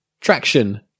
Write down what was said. traction